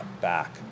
back